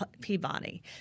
Peabody